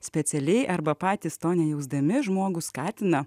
specialiai arba patys to nejausdami žmogų skatina